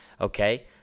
okay